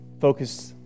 Focus